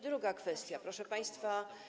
Druga kwestia, proszę państwa.